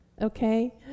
Okay